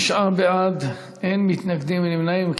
תשעה בעד, אין מתנגדים, אין נמנעים.